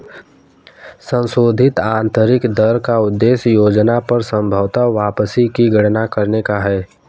संशोधित आंतरिक दर का उद्देश्य योजना पर संभवत वापसी की गणना करने का है